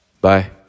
Bye